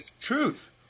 Truth